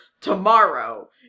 tomorrow